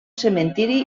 cementiri